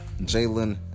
Jalen